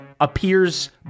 appears